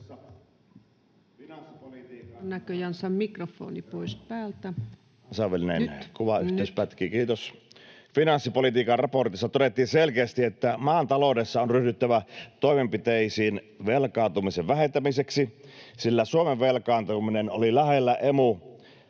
...finanssipolitiikan raportissa todettiin selkeästi, että maan taloudessa on ryhdyttävä toimenpiteisiin velkaantumisen vähentämiseksi, sillä Suomen velkaantuminen oli lähellä Emun